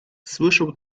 słyszę